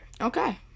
Okay